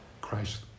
Christ